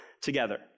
together